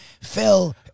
Phil